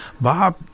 Bob